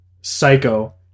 psycho